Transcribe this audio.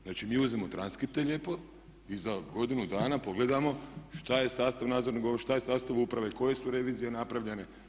Znači mi uzmemo transkripte lijepo i za godinu dana pogledamo šta je sastav nadzornog odbora, šta je sastav uprave, koje su revizije napravljene.